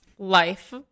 life